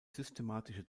systematische